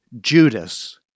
Judas